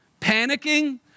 panicking